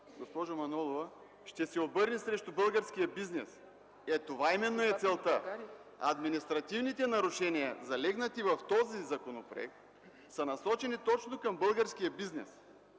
госпожо Манолова, наистина ще се обърне срещу българския бизнес. Ето, това именно е целта – административните нарушения, залегнали в този законопроект, са насочени точно към българския бизнес